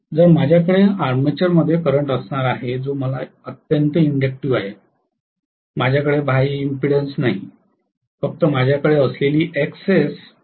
जर माझ्याकडे आर्मेचरमध्ये करंट असणार आहे जो मला अत्यंत इंडकटिव आहे माझ्याकडे बाह्य इंपीडन्स नाही फक्त माझ्याकडे असलेली Xs आणि R आहे